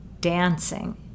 dancing